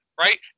right